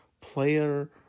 player